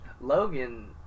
Logan